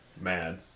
mad